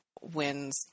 wins